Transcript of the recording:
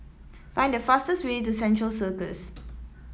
find the fastest way to Central Circus